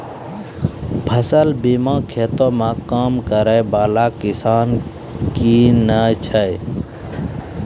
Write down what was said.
फसल बीमा खेतो मे काम करै बाला किसान किनै छै